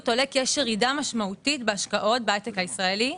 עולה כי יש ירידה משמעותית בהשקעות בהייטק הישראלי.